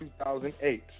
2008